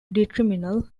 detrimental